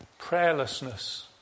Prayerlessness